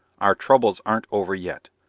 our troubles aren't over yet!